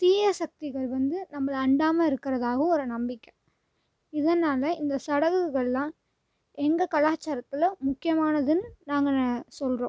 தீய சக்திகள் வந்து நம்மளை அண்டாமல் இருக்கிறதாகவும் ஒரு நம்பிக்கை இதனால் இந்த சடங்குகள் எல்லா எங்கள் கலாச்சாரத்தில் முக்கியமானதுன்னு நாங்கள் சொல்கிறோம்